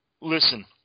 listen